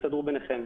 תסתדרו ביניכם.